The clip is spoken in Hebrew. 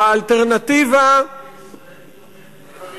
מה אפשר לעשות